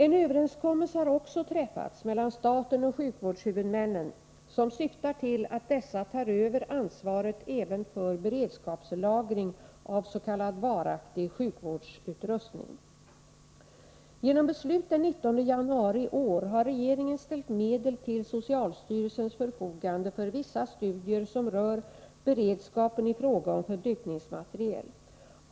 En överenskommelse har också träffats mellan staten och sjukvårdshuvudmännen som syftar till att dessa tar över ansvaret även för beredskapslagring av s.k. varaktig sjukvårdsutrustning. Genom beslut den 19 januari i år har regeringen ställt medel till socialstyrelsens förfogande för vissa studier som rör beredskapen i fråga om förbrukningsmateriel.